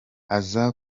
aza